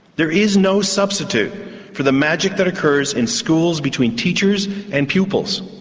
there is no substitute for the magic that occurs in schools between teachers and pupils.